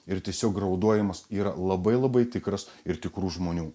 ir tiesiog raudojimas yra labai labai tikras ir tikrų žmonių